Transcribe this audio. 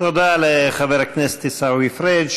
תודה לחבר הכנסת עיסאווי פריג'.